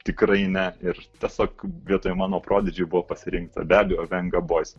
tikrai ne ir tiesiog vietoj mano prodidžy buvo pasirinkta be abejo venga bojs